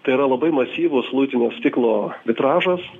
tai yra labai masyvus luitinio stiklo vitražas